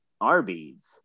arby's